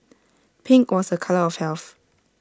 pink was A colour of health